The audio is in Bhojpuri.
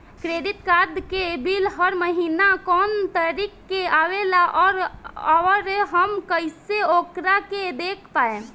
क्रेडिट कार्ड के बिल हर महीना कौना तारीक के आवेला और आउर हम कइसे ओकरा के देख पाएम?